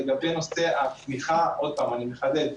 לגבי נושא התמיכה עוד פעם, אני מחדד: